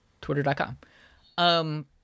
Twitter.com